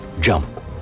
jump